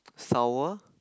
sour